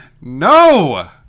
No